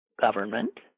government